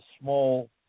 small